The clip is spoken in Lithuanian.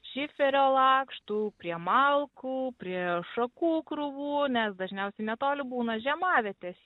šiferio lakštų prie malkų prie šakų krūvų nes dažniausiai netoli būna žiemavietės